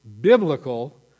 biblical